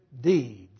deeds